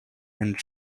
and